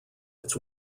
its